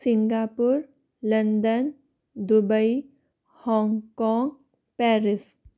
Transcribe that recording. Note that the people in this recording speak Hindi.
Singapore London Dubai Hong Kong Paris